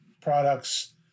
products